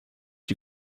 die